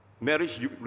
marriage